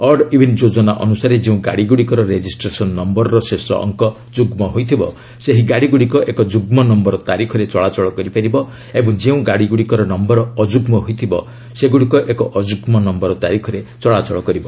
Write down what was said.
odd even ଯୋଜନା ଅନୁସାରେ ଯେଉଁ ଗାଡ଼ିଗୁଡ଼ିକର ରେଜିଷ୍ଟ୍ରେସନ୍ ନମ୍ଭରର ଶେଷ ଅଙ୍କ ଯୁଗ୍ମ ହୋଇଥିବ ସେହି ଗାଡ଼ିଗୁଡ଼ିକ ଏକ ଯୁଗ୍ମ ନୟର ତାରିଖରେ ଚଳାଚଳ କରିପାରିବ ଓ ଯେଉଁ ଗାଡ଼ିଗୁଡ଼ିକର ନମ୍ଘର ଅଯୁଗ୍ମ ହୋଇଥିବ ସେଗୁଡ଼ିକ ଏକ ଅଯୁଗ୍ମ ନୟର ତାରିଖରେ ଚଳାଚଳ କରିବ